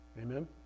Amen